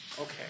Okay